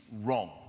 wrong